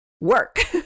work